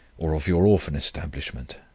or of your orphan establishment,